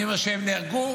אני אומר שהם נהרגו?